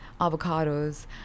avocados